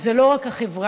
אבל זה לא רק החברה.